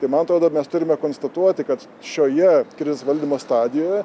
tai man atrodo mes turime konstatuoti kad šioje kriz valdymo stadijoje